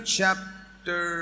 chapter